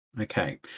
Okay